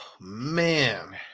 Man